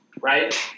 Right